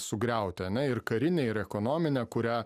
sugriauti ane ir karinę ir ekonominę kurią